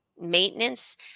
maintenance